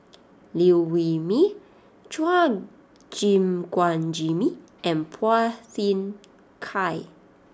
Liew Wee Mee Chua Gim Guan Jimmy and Phua Thin Kiay